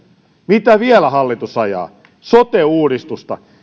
mitä vielä hallitus ajaa sote uudistusta